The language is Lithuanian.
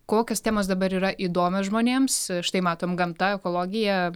kokios temos dabar yra įdomios žmonėms štai matom gamta ekologija